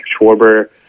Schwarber